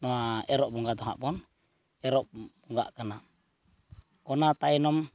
ᱱᱚᱣᱟ ᱮᱨᱚᱜ ᱵᱚᱸᱜᱟ ᱫᱚ ᱦᱟᱸᱜ ᱵᱚᱱ ᱮᱨᱚᱜ ᱵᱚᱸᱜᱟᱜ ᱠᱟᱱᱟ ᱚᱱᱟ ᱛᱟᱭᱱᱚᱢ